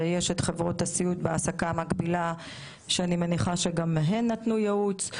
ויש את חברות הסיעוד בהעסקה מקבילה ואני מניחה שגם הן נתנו ייעוץ,